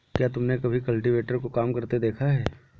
क्या तुमने कभी कल्टीवेटर को काम करते देखा है?